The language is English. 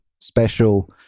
special